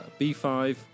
B5